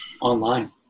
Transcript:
online